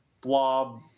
blob